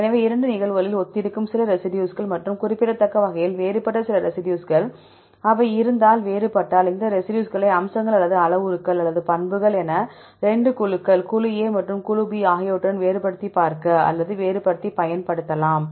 எனவே இரண்டு நிகழ்வுகளிலும் ஒத்திருக்கும் சில ரெசிடியூஸ்கள் மற்றும் குறிப்பிடத்தக்க வகையில் வேறுபட்ட சில ரெசிடியூஸ்கள் அவை இருந்தால் வேறுபட்டால் இந்த ரெசிடியூஸ்களை அம்சங்கள் அல்லது அளவுருக்கள் அல்லது பண்புகள் என 2 குழுக்கள் குழு A மற்றும் குழு B ஆகியவற்றுடன் வேறுபடுத்திப் பார்க்க அல்லது வேறுபடுத்திப் பயன்படுத்தலாம்